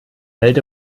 welt